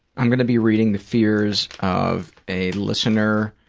i'm going to be reading the fears of a listener